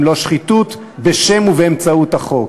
אם לא שחיתות בשם ובאמצעות החוק?